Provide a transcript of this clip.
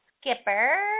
Skipper